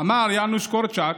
אמר יאנוש קורצ'אק: